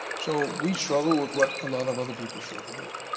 so we struggle with what a lot of other people struggle with.